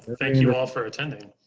thank you all for attending.